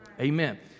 Amen